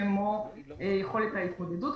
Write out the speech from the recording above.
כמו יכולת ההתמודדות,